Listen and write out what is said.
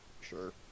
Sure